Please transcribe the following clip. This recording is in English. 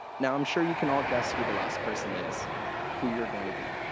now, i'm sure you can all guess who the last person is who you're going to be.